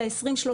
ל-2030,